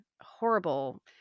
horrible